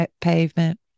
pavement